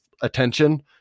attention